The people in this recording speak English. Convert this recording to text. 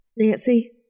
Nancy